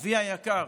אבי היקר,